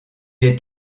est